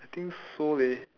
I think so leh